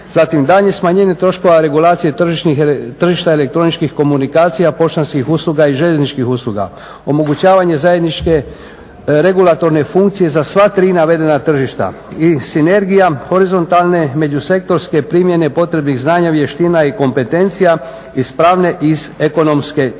Zatim daljnje smanjenje troškova regulacije tržišta elektroničkih komunikacija, poštanskih usluga i željezničkih usluga, omogućavanje zajedničke regulatorne funkcije za sva tri navedena tržišta i sinergija horizontalne međusektorske primjene potrebnih znanja, vještina i kompetencija iz pravne i iz ekonomske struke.